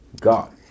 God